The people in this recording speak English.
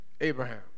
Abraham